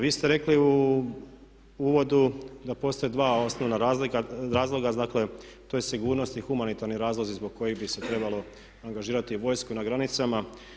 Vi ste rekli u uvodu da postoje dva osnovna razloga, dakle to su sigurnosni humanitarni razlozi zbog kojih bi se trebalo angažirati vojsku na granicama.